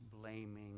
blaming